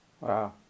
Wow